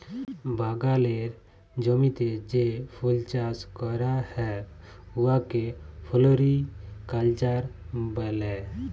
বাগালের জমিতে যে ফুল চাষ ক্যরা হ্যয় উয়াকে ফোলোরিকাল্চার ব্যলে